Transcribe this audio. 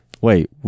Wait